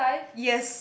yes